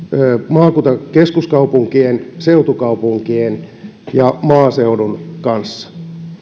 maakuntakeskuskaupunkien seutukaupunkien ja maaseudun kanssa